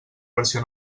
versió